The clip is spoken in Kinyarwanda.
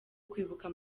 kwibuka